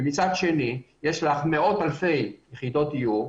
מצד שני יש מאות אלפי יחידות דיור,